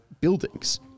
buildings